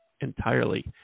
entirely